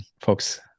folks